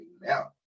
now